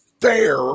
fair